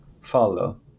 follow